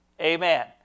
Amen